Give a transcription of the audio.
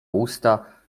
usta